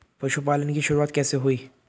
पशुपालन की शुरुआत कैसे हुई?